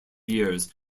years